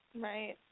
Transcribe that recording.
Right